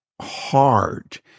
hard